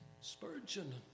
Spurgeon